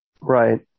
Right